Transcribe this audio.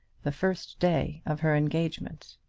the first day of her engagement.